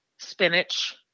spinach